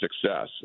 success